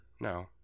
No